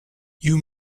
you